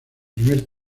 primer